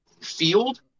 field